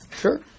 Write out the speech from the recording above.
Sure